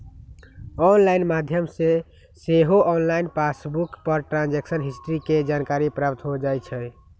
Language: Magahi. ऑनलाइन माध्यम से सेहो ऑनलाइन पासबुक पर ट्रांजैक्शन हिस्ट्री के जानकारी प्राप्त हो जाइ छइ